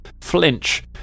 flinch